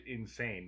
insane